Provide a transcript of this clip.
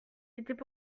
étaient